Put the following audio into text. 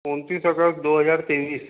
उन्तीस अगस्त दो हजार तेईस